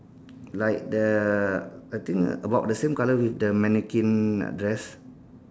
like the I think about the same colour with the mannequin dress